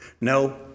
no